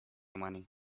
money